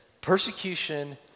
persecution